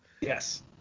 Yes